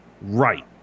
Right